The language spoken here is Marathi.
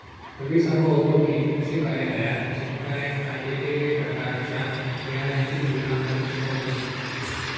रवी सांगा होतो की, कृषी कार्यालयात शेतकऱ्यांका येगयेगळ्या प्रकारच्या बियाणांची तुलना करुक शिकवतत